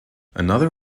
another